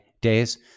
days